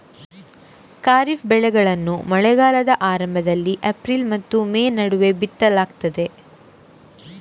ಖಾರಿಫ್ ಬೆಳೆಗಳನ್ನು ಮಳೆಗಾಲದ ಆರಂಭದಲ್ಲಿ ಏಪ್ರಿಲ್ ಮತ್ತು ಮೇ ನಡುವೆ ಬಿತ್ತಲಾಗ್ತದೆ